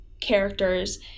characters